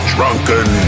Drunken